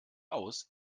aus